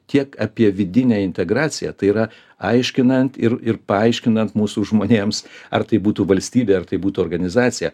tiek apie vidinę integraciją tai yra aiškinant ir ir paaiškinant mūsų žmonėms ar tai būtų valstybė ar tai būtų organizacija